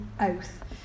Oath